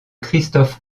christophe